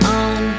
on